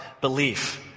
belief